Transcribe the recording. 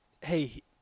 hey –